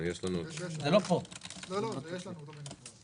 גלעד שלח ביום חמישי,